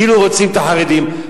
כאילו רוצים את החרדים.